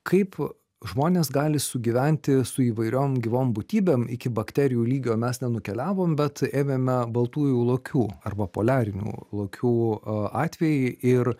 kaip žmonės gali sugyventi su įvairiom gyvom būtybėm iki bakterijų lygio mes nenukeliavom bet ėmėme baltųjų lokių arba poliarinių lokių atvejį ir